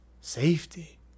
safety